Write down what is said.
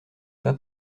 pas